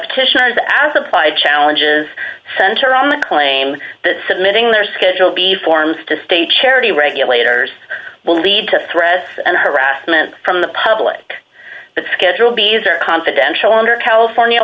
of titian's as applied challenges center on the claim that submitting their schedule b forms to state charity regulators will lead to threats and harassment from the public but schedule b s are confidential under california